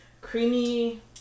creamy